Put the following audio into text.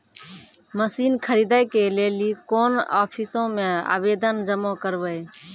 Machine खरीदै के लेली कोन आफिसों मे आवेदन जमा करवै?